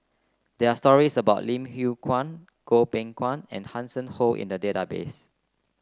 there stories about Lim Yew Kuan Goh Beng Kwan and Hanson Ho in the database